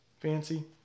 fancy